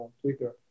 Twitter